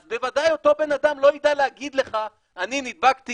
אז בוודאי אותו בן אדם לא יידע להגיד לך: אני נדבקתי